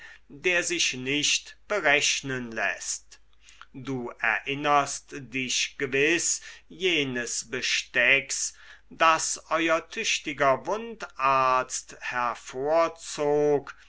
der sich nicht berechnen läßt du erinnerst dich gewiß jenes bestecks das euer tüchtiger wundarzt